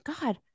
God